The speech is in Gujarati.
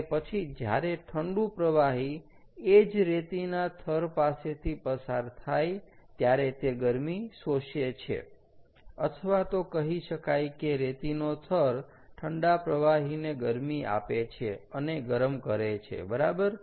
અને પછી જ્યારે ઠંડુ પ્રવાહી એ જ રેતીના થર પાસેથી પસાર થાય ત્યારે તે ગરમી શોષે છે અથવા તો કહી શકાય કે રેતીનો થર ઠંડા પ્રવાહીને ગરમી આપે છે અને ગરમ કરે છે બરાબર